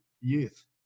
youth